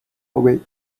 away